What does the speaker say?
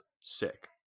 sick